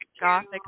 gothic